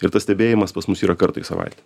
ir tas stebėjimas pas mus yra kartą į savaitę